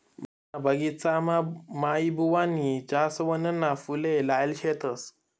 मना बगिचामा माईबुवानी जासवनना फुले लायेल शेतस